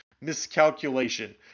miscalculation